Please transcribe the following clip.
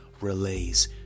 relays